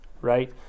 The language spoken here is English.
right